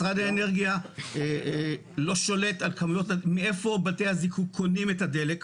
משרד האנרגיה לא שולט מאיפה בתי הזיקוק קונים את הדלק,